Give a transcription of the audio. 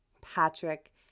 Patrick